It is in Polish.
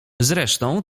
zresztą